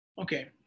Okay